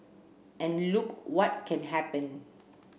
and look what can happen